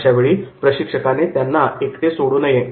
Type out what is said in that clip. अशावेळी प्रशिक्षकाने त्यांना एकटे सोडू नये